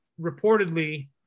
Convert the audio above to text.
reportedly